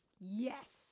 yes